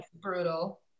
Brutal